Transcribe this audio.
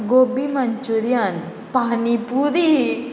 gobi manchurian pani पुरी